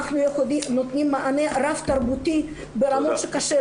אנחנו נותנים מענה רב תרבותי ברמות שקשה,